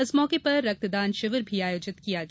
इस मौके पर रक्तदान षिविर भी आयोजित किया गया